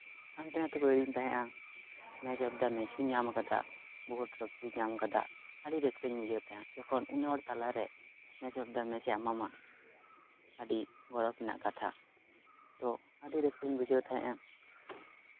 ᱦᱟᱱᱛᱮ ᱱᱷᱟᱛᱮ ᱠᱚ ᱤᱫᱤᱧ ᱛᱟᱦᱮᱸᱜᱼᱟ ᱢᱮᱱ ᱚᱯᱷ ᱫᱟ ᱢᱮᱪ ᱦᱚᱸᱧ ᱧᱟᱢ ᱠᱟᱫᱟ ᱵᱚᱦᱩ ᱴᱨᱚᱯᱷᱤ ᱧᱟᱢ ᱠᱟᱫᱟ ᱟᱹᱰᱤ ᱨᱟᱹᱥᱠᱟᱹᱧ ᱵᱩᱡᱷᱟᱹᱣ ᱛᱟᱦᱮᱸᱜᱼᱟ ᱡᱚᱠᱷᱚᱱ ᱩᱱᱟᱹᱜ ᱦᱚᱲ ᱛᱟᱞᱟᱨᱮ ᱢᱮᱱ ᱚᱯᱷ ᱫᱟ ᱢᱮᱪ ᱮ ᱮᱢᱟᱢᱟ ᱟᱹᱰᱤ ᱜᱚᱨᱚᱵᱽ ᱨᱮᱱᱟᱜ ᱠᱟᱛᱷᱟ ᱛᱚ ᱟᱹᱰᱤ ᱨᱟᱹᱥᱠᱟᱹᱧ ᱵᱩᱡᱷᱟᱹᱣ ᱛᱟᱦᱮᱸᱜᱼᱟ